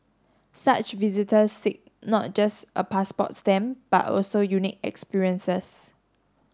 such visitors seek not just a passport stamp but also unique experiences